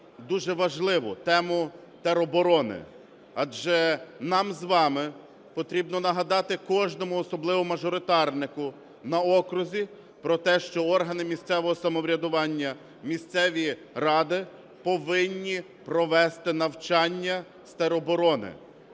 дуже важливу тему тероборони, адже нам з вами потрібно нагадати кожному, особливо мажоритарнику на окрузі, про те, що органи місцевого самоврядування, місцеві ради повинні провести навчання з тероборони.